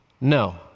no